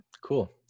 Cool